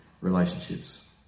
relationships